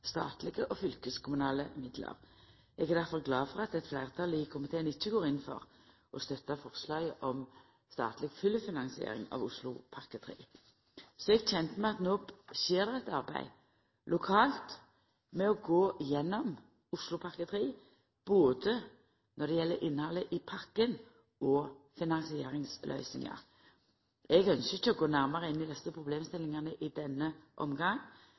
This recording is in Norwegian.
statlege og fylkeskommunale midlar. Eg er difor glad for at eit fleirtal i komiteen ikkje går inn for å støtta forslaget om statleg fullfinansiering av Oslopakke 3. Eg er kjend med at det no skjer eit arbeid lokalt med å gå gjennom Oslopakke 3 når det gjeld både innhaldet i pakken og finansieringsløysingar. Eg ynskjer ikkje å gå nærare inn i desse problemstillingane i denne